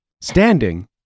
Standing